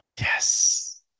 Yes